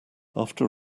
after